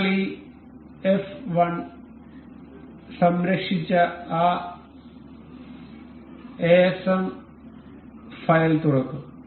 നിങ്ങൾ ഈ എഫ് 1 സംരക്ഷിച്ച ആ എസ്എം ഫയൽ തുറക്കും